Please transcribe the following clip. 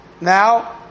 Now